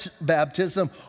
baptism